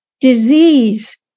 disease